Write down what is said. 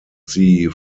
sie